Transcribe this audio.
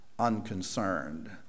unconcerned